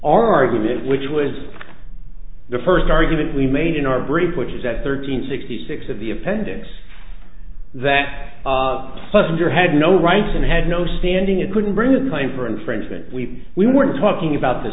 argument which was the first argument we made in our brief which is that thirteen sixty six of the appendix that plus your had no rights and had no standing it couldn't bring a plane for infringement we we weren't talking about the